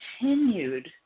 continued